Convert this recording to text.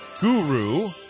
guru